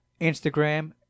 instagram